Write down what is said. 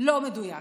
לא מדויק,